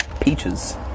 Peaches